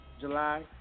July